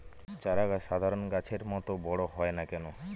চারা গাছ সাধারণ গাছের মত বড় হয় না কেনো?